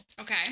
Okay